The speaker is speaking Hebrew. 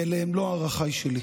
ואלה לא ערכיי שלי.